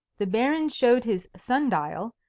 the baron showed his sun-dial,